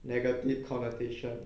negative connotation